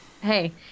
Hey